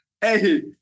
Hey